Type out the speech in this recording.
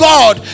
God